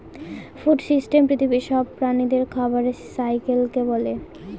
food system পৃথিবীর সব প্রাণীদের খাবারের সাইকেলকে বলে